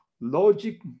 logic